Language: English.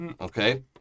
Okay